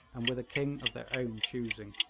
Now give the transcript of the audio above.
and with a king of their own choosing.